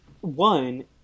one